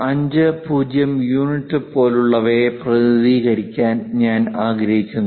50 യൂണിറ്റുകൾ പോലുള്ളവയെ പ്രതിനിധീകരിക്കാൻ ഞാൻ ആഗ്രഹിക്കുന്നു